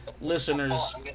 listeners